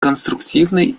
конструктивной